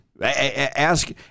Ask